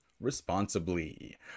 responsibly